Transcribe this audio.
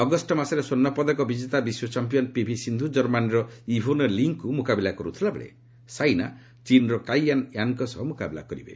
August ମାସରେ ସ୍ୱର୍ଷ୍ଣ ପଦକ ବିଜେତା ବିଶ୍ୱ ଚମ୍ପିୟାନ୍ ପିଭି ସିନ୍ଧୁ ଜର୍ମାନୀର ଇଭୋନେ ଲିଙ୍କୁ ମୁକାବିଲା କରୁଥିବା ବେଳେ ସାଇନା ଚୀନ୍ର କାଇ ୟାନ୍ ୟାନ୍ଙ୍କ ସହ ମୁକାବିଲା କରିବେ